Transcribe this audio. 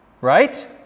Right